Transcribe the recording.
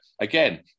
again